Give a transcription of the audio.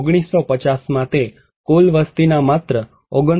1950 માં તે કુલ વસ્તીના માત્ર 29